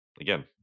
again